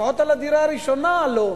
לפחות על הדירה הראשונה לא.